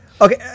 Okay